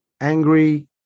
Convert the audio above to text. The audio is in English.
angry